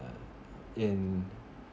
and in